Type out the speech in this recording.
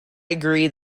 agree